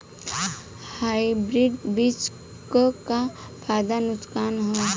Hybrid बीज क का फायदा नुकसान ह?